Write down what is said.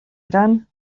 gran